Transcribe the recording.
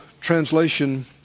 translation